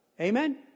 Amen